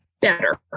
better